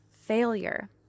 failure